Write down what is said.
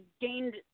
gained